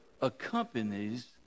accompanies